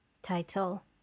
title